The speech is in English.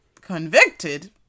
convicted